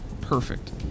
Perfect